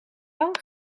lang